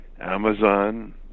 Amazon